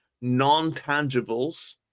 non-tangibles